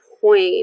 point